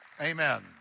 Amen